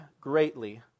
greatly